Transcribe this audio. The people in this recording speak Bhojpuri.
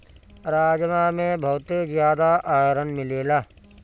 राजमा में बहुते जियादा आयरन मिलेला